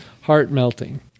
heart-melting